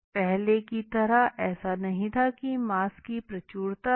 पहले की तरह ऐसा नहीं था की मांस की प्रचुरता थी